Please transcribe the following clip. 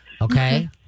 Okay